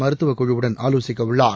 மருத்துவக்குழுவுடன் ஆலோசிக்க உள்ளார்